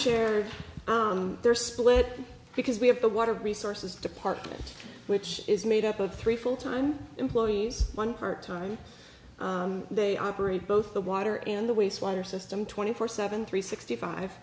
shared they're split because we have the water resources department which is made up of three full time employees one part time they operate both the water and the waste water system twenty four seven three sixty five